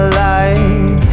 light